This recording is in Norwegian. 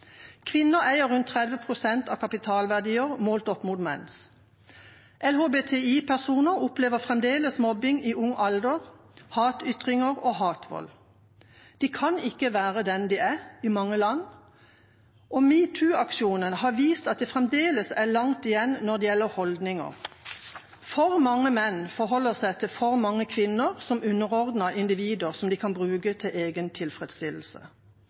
Kvinner eier rundt 30 pst. av kapitalverdier målt opp mot menn. LHBTI-personer opplever fremdeles mobbing i ung alder, hatytringer og hatvold. De kan ikke være den de er, i mange land, og #metoo-aksjonen har vist at det fremdeles er langt igjen når det gjelder holdninger. For mange menn forholder seg til for mange kvinner som underordnede individer som de kan bruke til egen tilfredsstillelse.